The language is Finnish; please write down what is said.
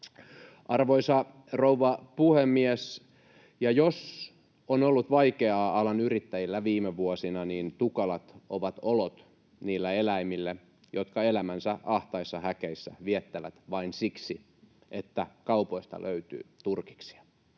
Arvoisa rouva puhemies! Jos on ollut vaikeaa alan yrittäjillä viime vuosina, niin tukalat ovat olot niillä eläimillä, jotka elämänsä ahtaissa häkeissään viettävät vain siksi, että kaupoista löytyy turkiksia.